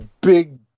big